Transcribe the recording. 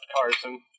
Carson